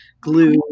glue